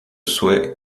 souhaite